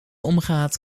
omgaat